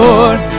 Lord